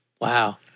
Wow